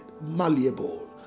malleable